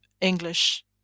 English